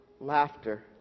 Laughter